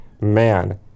man